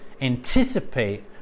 anticipate